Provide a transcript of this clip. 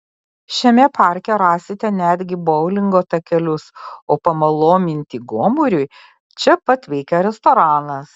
šiame parke rasite netgi boulingo takelius o pamaloninti gomuriui čia pat veikia restoranas